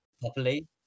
properly